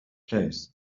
place